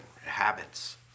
habits